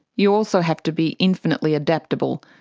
you also have to be infinitely adaptable.